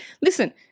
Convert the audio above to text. listen